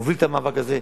מוביל את המאבק הזה,